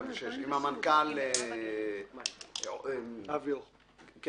2016 עם המנכ"ל --- אבי הוכמן.